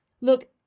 Look